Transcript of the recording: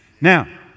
Now